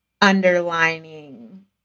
underlining